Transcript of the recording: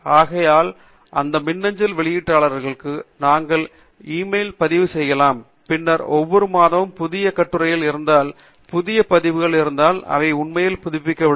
ஆகையால் அந்த மின்னஞ்சல் வெளியீட்டாளர்களுடன் நாங்கள் எங்களது இமெயில்ப் பதிவு செய்யலாம் பின்னர் ஒவ்வொரு மாதமும் புதிய கட்டுரைகள் இருந்தால் புதிய பதிவுகள் இருந்தால் அவை உண்மையில் புதுப்பிக்கப்படும்